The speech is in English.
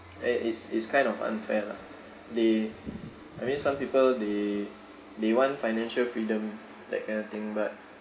and it's it's kind of unfair lah they I mean some people they they want financial freedom that kind of thing but